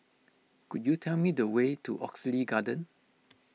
could you tell me the way to Oxley Garden